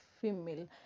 female